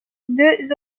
deux